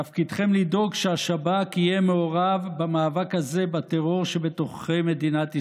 תפקידכם לדאוג שהשב"כ יהיה מעורב במאבק הזה בטרור שבתוככי מדינת ישראל,